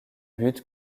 but